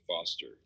foster